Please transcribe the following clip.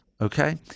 okay